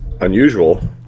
unusual